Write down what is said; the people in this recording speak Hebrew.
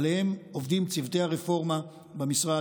שעליהם עובדים צוותי הרפורמה במשרד